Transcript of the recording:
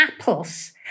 apples